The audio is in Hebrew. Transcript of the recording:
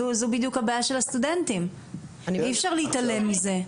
זו בדיוק הבעיה של הסטודנטים, אי אפשר להתעלם מזה.